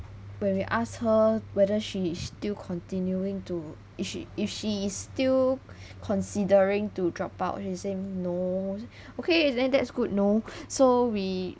when we asked her whether she is still continuing to if she if she is still considering to drop out she say no okay then that's good know so we